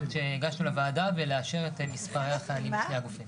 שהגשנו לוועדה ולאשר את מספרי החיילים לשני הגופים.